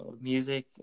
music